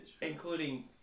Including